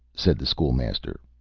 said the school-master.